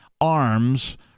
arms –